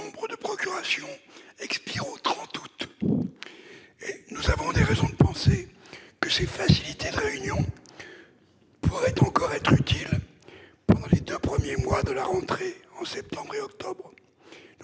de procurations expire au 30 août prochain. Nous avons des raisons de penser que ces facilités de réunion pourraient encore être utiles pendant les deux premiers mois suivant la rentrée, en septembre et octobre.